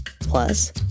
Plus